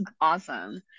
awesome